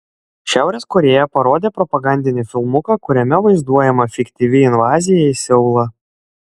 šiaurės korėja parodė propagandinį filmuką kuriame vaizduojama fiktyvi invazija į seulą